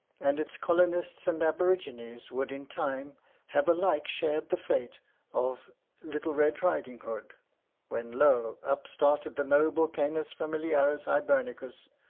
and its colonists and aborigines would in time have alike shared the fate of little red riding hood when, lo! up started the noble canis familiaris hibernicus,